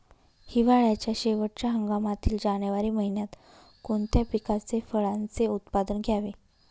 हिवाळ्याच्या शेवटच्या हंगामातील जानेवारी महिन्यात कोणत्या पिकाचे, फळांचे उत्पादन घ्यावे?